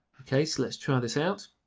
okay, so let's try this out.